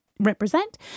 represent